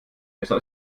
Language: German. besser